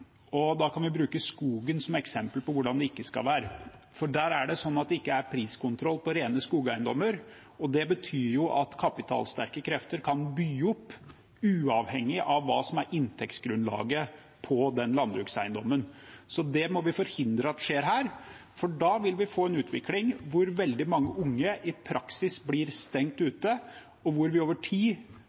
kan bruke skogen som eksempel på hvordan det ikke skal være. Der er det sånn at det ikke er priskontroll på rene skogeiendommer. Det betyr at kapitalsterke krefter kan by oppover, uavhengig av hva som er inntektsgrunnlaget for den landbrukseiendommen. Vi må forhindre at det skjer her, for da vil vi få en utvikling hvor veldig mange unge i praksis blir stengt ute, og hvor vi over tid